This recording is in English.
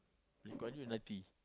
if got until ninety